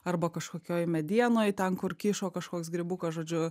arba kažkokioj medienoj ten kur kyšo kažkoks grybukas žodžiu